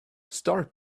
start